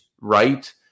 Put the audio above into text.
right